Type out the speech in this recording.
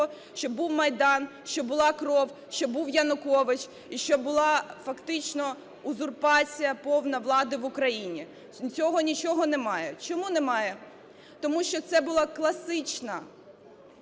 що був Майдан, що була кров, що був Янукович і що була фактично узурпація повна влади в Україні? Цього нічого немає. Чому немає? Тому що це була класична…